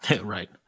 Right